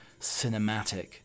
cinematic